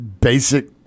basic